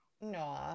No